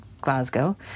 Glasgow